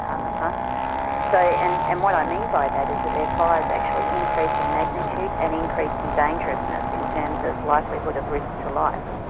um but so and and what i mean by that is that their fires actually increase in magnitude and increase in dangerousness in terms of likelihood of risk to life.